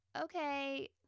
okay